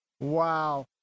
Wow